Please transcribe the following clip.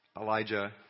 Elijah